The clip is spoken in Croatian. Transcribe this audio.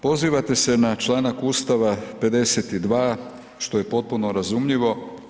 Pozivate se na članak Ustava 52. što je potpuno razumljivo.